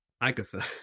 Agatha